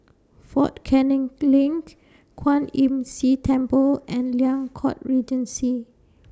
Fort Canning LINK Kwan Imm See Temple and Liang Court Regency